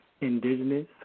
indigenous